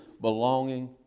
belonging